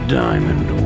diamond